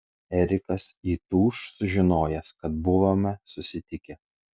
erikas įtūš sužinojęs kad buvome susitikę